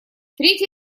третья